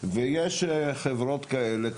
ויש חברות כאלה,